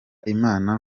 imana